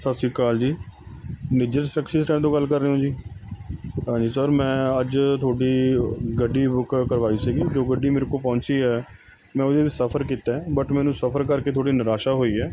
ਸਤਿ ਸ਼੍ਰੀ ਅਕਾਲ ਜੀ ਨਿੱਜਰ ਟੈਕਸੀ ਸਟੈਂਡ ਤੋਂ ਗੱਲ ਕਰ ਰਹੇ ਹੋ ਜੀ ਹਾਂਜੀ ਸਰ ਮੈਂ ਅੱਜ ਤੁਹਾਡੀ ਗੱਡੀ ਬੁੱਕ ਕਰਵਾਈ ਸੀਗੀ ਜੋ ਗੱਡੀ ਮੇਰੇ ਕੋਲ ਪਹੁੰਚੀ ਹੈ ਮੈਂ ਉਹਦੇ ਸਫ਼ਰ ਕੀਤਾ ਬਟ ਮੈਨੂੰ ਸਫ਼ਰ ਕਰਕੇ ਥੋੜੀ ਨਿਰਾਸ਼ਾ ਹੋਈ ਹੈ